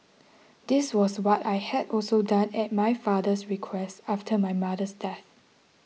this was what I had also done at my father's request after my mother's death